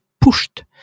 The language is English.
pushed